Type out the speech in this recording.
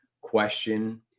question